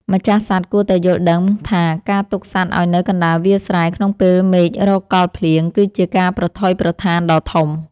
ម្ចាស់សត្វគួរតែយល់ដឹងថាការទុកសត្វឱ្យនៅកណ្តាលវាលស្រែក្នុងពេលមេឃរកកល់ភ្លៀងគឺជាការប្រថុយប្រថានដ៏ធំ។